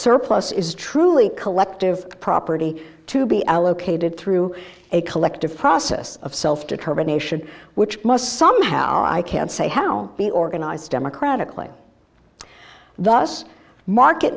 surplus is truly collective property to be allocated through a collective process of self determination which must somehow i can't say how be organized democratically the us market